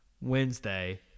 Wednesday